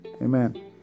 amen